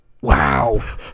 Wow